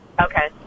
Okay